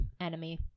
enemy